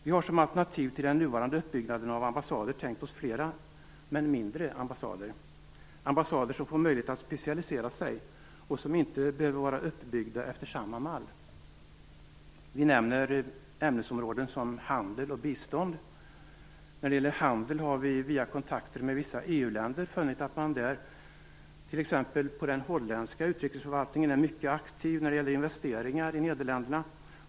Vi har som alternativ till den nuvarande uppbyggnaden av ambassader tänkt oss flera, men mindre, ambassader - ambassader som får möjlighet att specialisera sig och som inte behöver vara uppbyggda efter samma mall. Vi nämner ämnesområden som handel och bistånd. När det gäller handel har vi via kontakter med vissa EU-länder funnit att man t.ex. på den holländska utrikesförvaltningen är mycket aktiv när det gäller investeringar i Nederländerna.